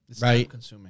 right